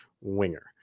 winger